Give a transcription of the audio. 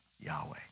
Yahweh